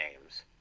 names